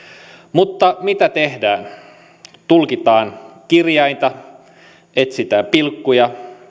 mutta mitä tehdään tulkitaan kirjainta etsitään pilkkuja